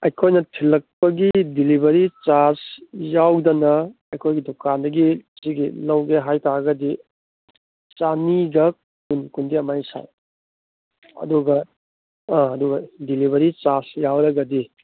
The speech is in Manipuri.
ꯑꯩꯈꯣꯏꯅ ꯊꯤꯜꯂꯛꯄꯒꯤ ꯗꯤꯂꯤꯕꯔꯤ ꯆꯥꯔꯖ ꯌꯥꯎꯗꯅ ꯑꯩꯈꯣꯏꯒꯤ ꯗꯨꯀꯥꯟꯗꯒꯤ ꯁꯤꯒꯤ ꯂꯧꯒꯦ ꯍꯥꯏꯇꯥꯔꯒꯗꯤ ꯆꯅꯤꯒ ꯀꯨꯟ ꯀꯨꯟꯗꯤ ꯑꯗꯨꯃꯥꯏꯅ ꯁꯥꯏ ꯑꯗꯨꯒ ꯑꯗꯨꯒ ꯗꯤꯂꯤꯕꯔꯤ ꯆꯥꯔꯖ ꯌꯥꯎꯔꯒꯗꯤ